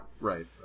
right